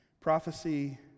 prophecy